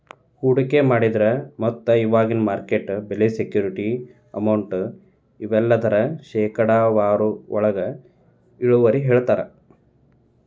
ಹೂಡಿಕೆ ಮಾಡಿದ್ರ ಮೊತ್ತ ಇವಾಗಿನ ಮಾರ್ಕೆಟ್ ಬೆಲೆ ಸೆಕ್ಯೂರಿಟಿ ಅಮೌಂಟ್ ಇವೆಲ್ಲದರ ಶೇಕಡಾವಾರೊಳಗ ಇಳುವರಿನ ಹೇಳ್ತಾರಾ